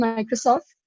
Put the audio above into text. Microsoft